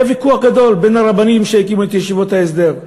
היה ויכוח גדול בין הרבנים שהקימו את ישיבות ההסדר.